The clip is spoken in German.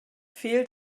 fehlt